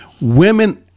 Women